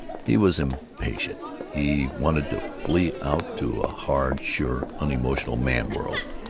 he was impatient. he wanted to flee out to a hard, sure, unemotional man-world.